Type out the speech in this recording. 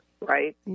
Right